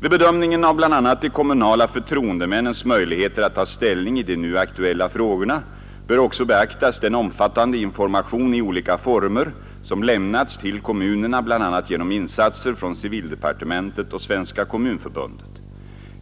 Vid bedömningen av bl.a. de kommunala förtroendemännens möjligheter att ta ställning i de nu aktuella frågorna bör också beaktas den omfattande information i olika former som lämnats till kommunerna bl.a. genom insatser från civildepartementet och Svenska kommunförbundet.